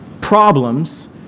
problems